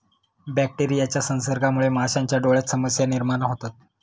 बॅक्टेरियाच्या संसर्गामुळे माशांच्या डोळ्यांत समस्या निर्माण होतात